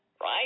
right